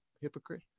hypocrite